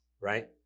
right